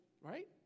right